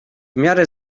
miarę